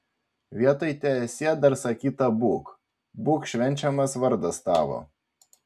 vietoj teesie dar sakyta būk būk švenčiamas vardas tavo